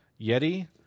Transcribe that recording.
Yeti